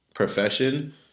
profession